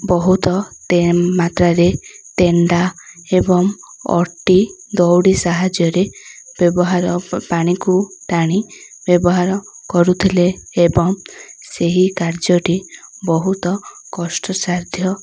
ବହୁତ ମାତ୍ରାରେ ତେଣ୍ଡା ଏବଂ ଅଟି ଦଉଡ଼ି ସାହାଯ୍ୟରେ ବ୍ୟବହାର ପାଣିକୁ ଟାଣି ବ୍ୟବହାର କରୁଥିଲେ ଏବଂ ସେହି କାର୍ଯ୍ୟଟି ବହୁତ କଷ୍ଟସାଧ୍ୟ